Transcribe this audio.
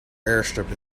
airstrip